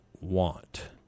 want